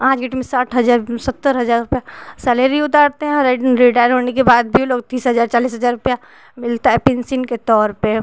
आज की डेट में साठ हजार सत्तर हजार रुपया सैलरी उतारते हैं और रिटायर होने के बाद भी वो लोग तीस हजार चालीस हजार रुपया मिलता है पेन्सिन के तौर पर